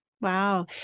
Wow